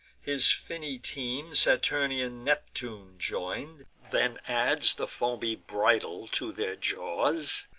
his finny team saturnian neptune join'd, then adds the foamy bridle to their jaws,